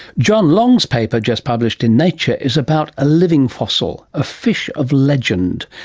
john long's paper, just published in nature, is about a living fossil, a fish of legend,